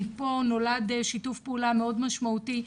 מפה נולד שיתוף פעולה מאוד משמעותי,